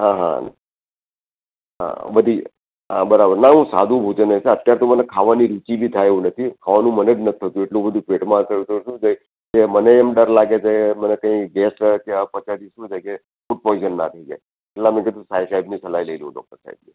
હા હા હા બધી હા બરાબર ના હું સાદું ભોજન જ લઈશ અત્યારે તો મને ખાવાની રુચિ બી થાય એવું નથી ખાવાનું મન જ નથી થતું એટલું બધું પેટમાં છે કે મને એમ ડર લાગે છે કે મને કંઈ ગેસ કે અપચાથી શું છે કે ફૂડપોઈઝન ના થઇ જાય એટલે મેં કીધું સાઈ સાહેબની સલાહ લઈ લઉં ડોક્ટર સાહેબની